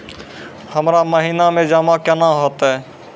हमरा महिना मे जमा केना हेतै?